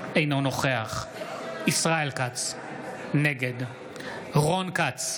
אינו נוכח ישראל כץ, נגד רון כץ,